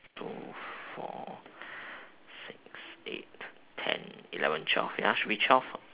two four six eight ten eleven twelve ya should be twelve